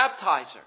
baptizer